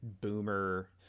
boomer